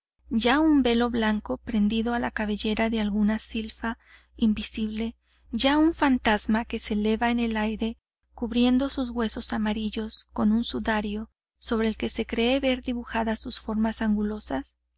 ya un velo blanco prendido a la cabellera de alguna silfa invisible ya un fantasma que se eleva en el aire cubriendo sus huesos amarillos con un sudario sobre el que se cree ver dibujadas sus formas angulosas